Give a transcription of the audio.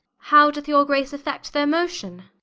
how doth your grace affect their motion?